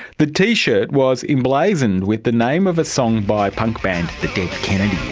the t-shirt was emblazoned with the name of a song by punk band the dead kennedy's.